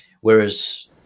Whereas